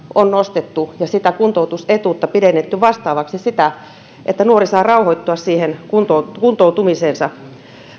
on nostettu ja sitä kuntoutusetuutta pidennetty sitä vastaavaksi että nuori saa rauhoittua kuntoutumiseensa